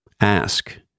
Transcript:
ask